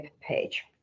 page